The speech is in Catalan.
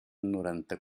noranta